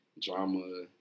drama